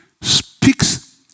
speaks